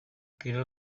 kirol